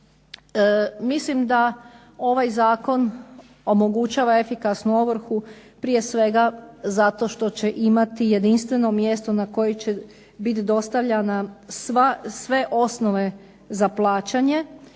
Mislim da ovaj zakon omogućava efikasnu ovrhu prije svega zato što će imati jedinstveno mjesto na koji će bit dostavljana sva, sve osnove za plaćanje,